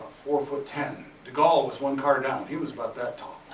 four foot ten. de gaulle was one car down he was about that tall.